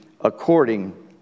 according